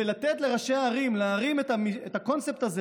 ולתת לראשי ערים להרים את הקונספט הזה